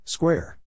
Square